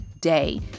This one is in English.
day